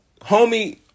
homie